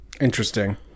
interesting